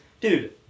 Dude